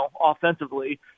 offensively